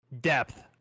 Depth